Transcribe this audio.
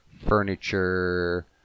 furniture